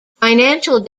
financial